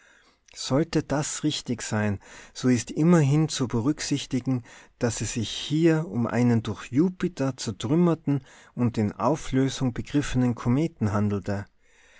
sollte das richtig sein so ist immerhin zu berücksichtigen daß es sich hier um einen durch jupiter zertrümmerten und in auflösung begriffenen kometen handelte